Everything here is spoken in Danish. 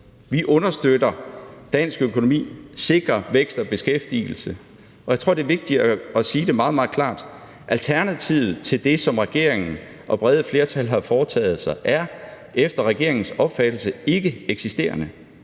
Vi understøtter dansk økonomi, sikrer vækst og beskæftigelse. Og jeg tror, det er vigtigt at sige det meget, meget klart: Alternativet til det, som regeringen og brede flertal har foretaget sig, er efter regeringens opfattelse ikke eksisterende.